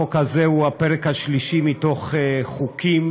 החוק הזה הוא הפרק השלישי מתוך חוקים